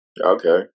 Okay